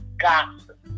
gossip